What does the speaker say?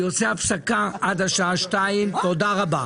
אני עושה הפסקה עד השעה 14:00. תודה רבה.